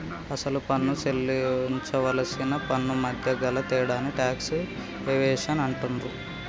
అసలు పన్ను సేల్లించవలసిన పన్నుమధ్య గల తేడాని టాక్స్ ఎవేషన్ అంటుండ్రు